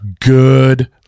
good